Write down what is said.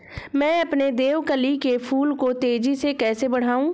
मैं अपने देवकली के फूल को तेजी से कैसे बढाऊं?